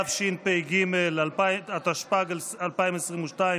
התשפ"ג 2022,